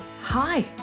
Hi